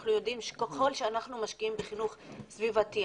אנחנו יודעים שככל שאנחנו משקיעים בחינוך סביבתי,